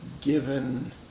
given